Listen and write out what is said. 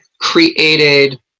created